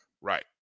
right